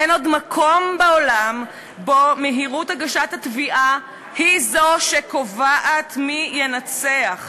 אין עוד מקום בעולם שבו מהירות הגשת התביעה היא שקובעת מי ינצח.